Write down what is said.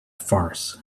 farce